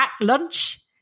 lunch